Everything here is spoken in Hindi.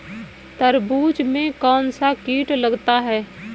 तरबूज में कौनसा कीट लगता है?